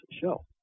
show